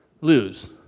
lose